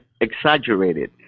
exaggerated